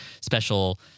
special